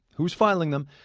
who's filing them?